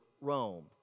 Rome